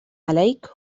عليك